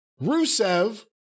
Rusev